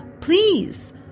Please